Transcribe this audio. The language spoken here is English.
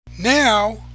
Now